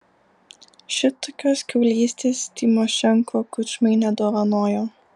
šitokios kiaulystės tymošenko kučmai nedovanojo